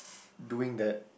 doing that